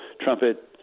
trumpet